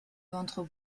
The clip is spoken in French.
ventre